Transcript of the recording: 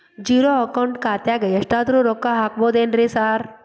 Zero account ಖಾತ್ಯಾಗ ಎಷ್ಟಾದ್ರೂ ರೊಕ್ಕ ಹಾಕ್ಬೋದೇನ್ರಿ ಸಾರ್?